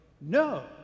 No